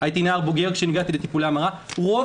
הייתי נער בוגר כשהגעתי לטיפולי ההמרה רוב